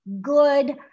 good